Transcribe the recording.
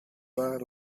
bar